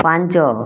ପାଞ୍ଚ